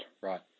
Right